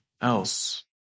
else